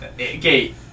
Okay